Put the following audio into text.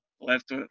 Left